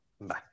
Bye